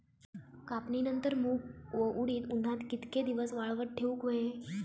कापणीनंतर मूग व उडीद उन्हात कितके दिवस वाळवत ठेवूक व्हये?